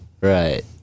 Right